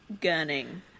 Gunning